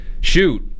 shoot